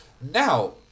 Now